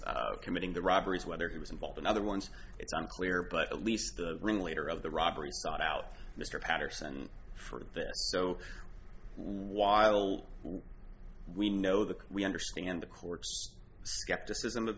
committing the robberies whether he was involved in other ones it's unclear but at least the ringleader of the robbery sought out mr patterson for this so while we know that we understand the court's skepticism of